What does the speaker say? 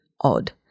odd